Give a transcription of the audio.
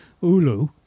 Ulu